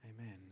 Amen